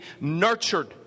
nurtured